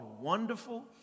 Wonderful